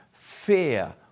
fear